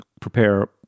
prepare